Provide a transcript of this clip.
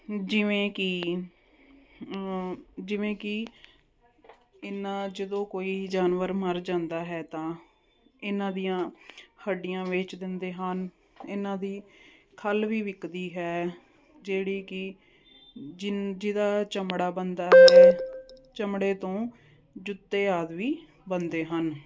ਜਿਵੇਂ ਕਿ ਜਿਵੇਂ ਕਿ ਇਹਨਾ ਜਦੋਂ ਕੋਈ ਜਾਨਵਰ ਮਰ ਜਾਂਦਾ ਹੈ ਤਾਂ ਇਹਨਾਂ ਦੀਆਂ ਹੱਡੀਆਂ ਵੇਚ ਦਿੰਦੇ ਹਨ ਇਹਨਾਂ ਦੀ ਖੱਲ ਵੀ ਵਿਕਦੀ ਹੈ ਜਿਹੜੀ ਕਿ ਜਿ ਜਿਹਦਾ ਚਮੜਾ ਬਣਦਾ ਹੈ ਚਮੜੇ ਤੋਂ ਜੁੱਤੇ ਆਦਿ ਵੀ ਬਣਦੇ ਹਨ